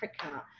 Africa